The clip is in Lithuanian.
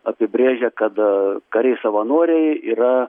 apibrėžia kad kariai savanoriai yra